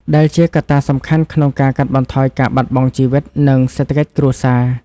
ដែលជាកត្តាសំខាន់ក្នុងការកាត់បន្ថយការបាត់បង់ជីវិត និងសេដ្ឋកិច្ចគ្រួសារ។